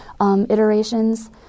iterations